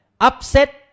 upset